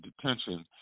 detention